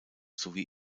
sowie